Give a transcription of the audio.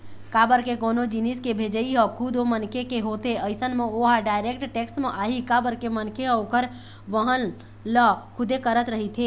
काबर के कोनो जिनिस के भेजई ह खुद ओ मनखे के होथे अइसन म ओहा डायरेक्ट टेक्स म आही काबर के मनखे ह ओखर वहन ल खुदे करत रहिथे